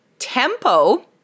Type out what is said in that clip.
tempo